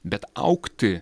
bet augti